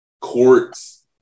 courts